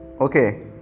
Okay